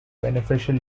beneficial